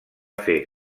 fer